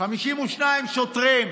52 שוטרים.